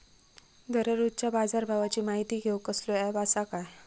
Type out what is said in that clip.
दररोजच्या बाजारभावाची माहिती घेऊक कसलो अँप आसा काय?